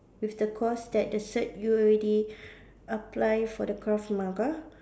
with the course that the cert you already apply for the Krav-Maga